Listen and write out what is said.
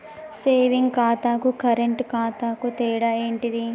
Saving ఖాతాకు current ఖాతాకు తేడా ఏంటిది?